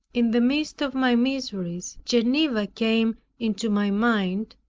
in the midst of my miseries, geneva came into my mind,